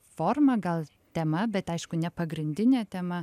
forma gal tema bet aišku ne pagrindinė tema